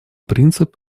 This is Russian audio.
принцип